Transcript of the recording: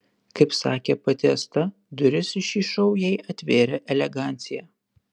kaip sakė pati asta duris į šį šou jai atvėrė elegancija